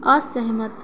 असहमत